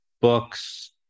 Books